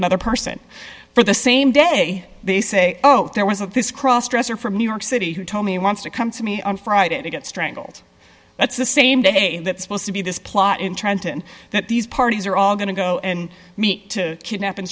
another person for the same day they say oh there was a this cross dresser from new york city who told me he wants to come to me on friday to get strangled that's the same day that supposed to be this plot in trenton that these parties are all going to go and meet to kidnap